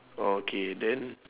oh okay then